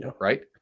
right